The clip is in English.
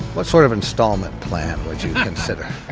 what sort of installment plan would you consider?